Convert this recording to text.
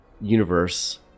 universe